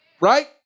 right